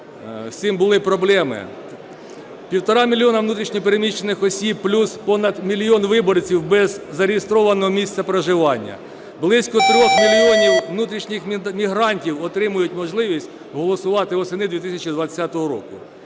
з цим були проблеми. Півтора мільйона внутрішньо переміщених осіб, плюс понад мільйон виборців без зареєстрованого місця проживання. Близько 3 мільйонів внутрішніх мігрантів отримають можливість голосувати восени 2020 року.